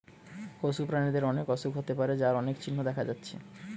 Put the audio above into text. পশু প্রাণীদের অনেক অসুখ হতে পারে যার অনেক চিহ্ন দেখা যাচ্ছে